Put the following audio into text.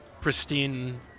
pristine